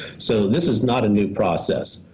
so this is not a new process.